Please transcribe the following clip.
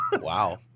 Wow